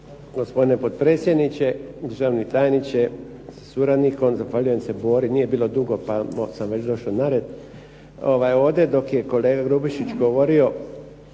gospodine potpredsjedniče. Državni tajniče sa suradnikom. Zahvaljujem se Bori, nije bilo dugo pa sam već došao na red. Ovdje dok je kolega Grubišić i